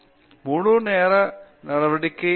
பேராசிரியர் ராஜேஷ் குமார் முழு நேர நடவடிக்கை